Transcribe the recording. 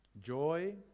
Joy